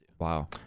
Wow